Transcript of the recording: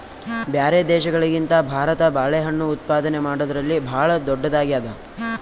ಬ್ಯಾರೆ ದೇಶಗಳಿಗಿಂತ ಭಾರತ ಬಾಳೆಹಣ್ಣು ಉತ್ಪಾದನೆ ಮಾಡದ್ರಲ್ಲಿ ಭಾಳ್ ಧೊಡ್ಡದಾಗ್ಯಾದ